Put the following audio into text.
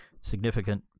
significant